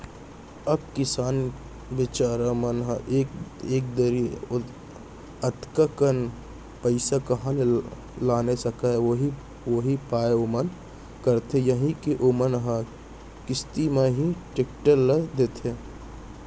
अब किसान बिचार मन ह एके दरी अतका कन पइसा काँहा ले लाने सकही उहीं पाय ओमन करथे यही के ओमन ह किस्ती म ही टेक्टर ल लेथे